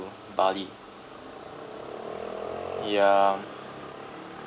bali ya um